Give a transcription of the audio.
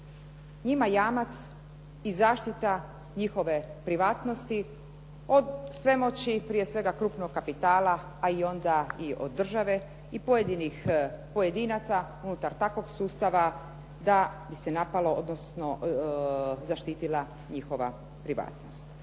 njima jamac i zaštita njihove privatnosti od svemoći prije svega krupnog kapitala, pa i onda i od države i pojedinih pojedinaca unutar takvog sustava da bi se napalo odnosno zaštitila njihova privatnost